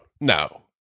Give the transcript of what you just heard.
no